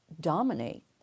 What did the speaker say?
dominate